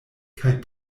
kaj